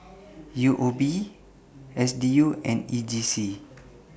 U O B S D U and E J C